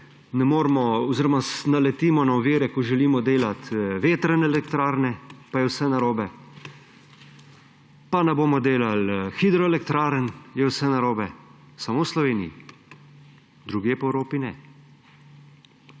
ne moremo oziroma naletimo na ovire. Ko želimo delati vetrne elektrarne, pa je vse narobe, pa ne bomo delali hidroelektrarn – je vse narobe. Samo v Sloveniji, drugje po Evropi ne!